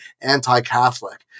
anti-Catholic